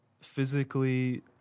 physically